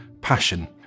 passion